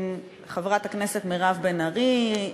חברת הכנסת מירב בן ארי,